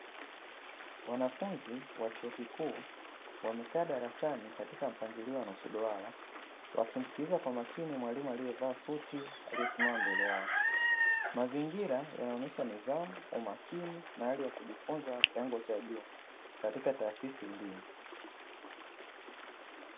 Wanafunzi wa chuo kikuu wamekaa darasani katika mpangilio wa nusu duara, wakimsikiliza kwa makini mwalimu alievaa suti, aliesimama mbele yao. Mazingira yanaonyesha nidhamu, umakini na hali ya kujifunza kwa kiwango cha juu, katika taasisi hii.